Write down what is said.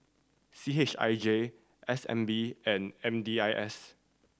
C H I J S N B and M D I S